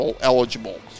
eligible